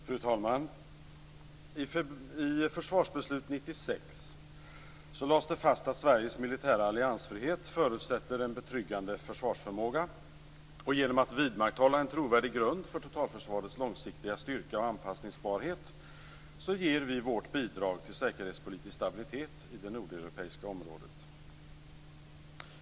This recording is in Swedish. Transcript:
Fru talman! I Försvarsbeslut 96 lades det fast att Sveriges militära alliansfrihet förutsätter en betryggande försvarsförmåga. Genom att vidmakthålla en trovärdig grund för totalförsvarets långsiktiga styrka och anpassningsbarhet ger vi vårt bidrag till säkerhetspolitisk stabilitet i det nordeuropeiska området.